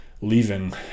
leaving